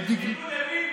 הם גם יסגדו לביבי.